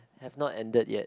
I am not ended yet